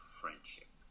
friendship